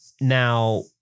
now